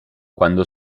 quando